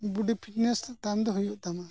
ᱵᱚᱰᱤ fitness ᱛᱟᱭᱚᱢ ᱫᱚ ᱦᱩᱭᱩᱜ ᱛᱟᱢᱟ